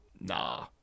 nah